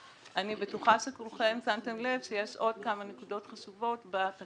בטוחה שכולכם שמתם לב שיש עוד כמה נקודות חשובות בתקנות,